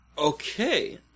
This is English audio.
Okay